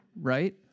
right